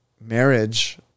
marriage